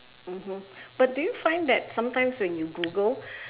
mmhmm but do you find that sometimes when you google